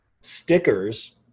stickers